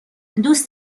دوست